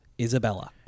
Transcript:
Isabella